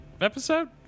episode